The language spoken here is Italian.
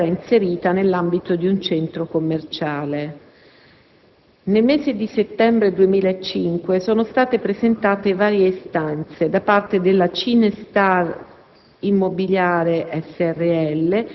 sul presupposto che la multisala era inserita nell'ambito di un centro commerciale. Nel mese di settembre 2005 sono state presentate varie istanze, da parte della Cinestar